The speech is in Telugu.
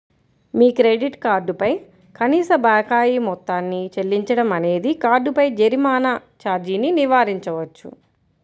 మీ క్రెడిట్ కార్డ్ పై కనీస బకాయి మొత్తాన్ని చెల్లించడం అనేది కార్డుపై జరిమానా ఛార్జీని నివారించవచ్చు